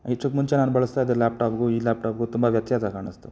ಇದಕ್ ಮುಂಚೆ ನಾನು ಬಳಸ್ತಾಯಿದ್ದ ಲ್ಯಾಪ್ಟಾಪಿಗು ಈ ಲ್ಯಾಪ್ಟಾಪಿಗು ತುಂಬ ವ್ಯತ್ಯಾಸ ಕಾಣಿಸ್ತು